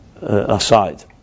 aside